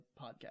podcast